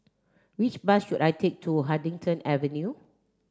which bus should I take to Huddington Avenue